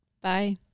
Bye